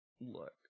look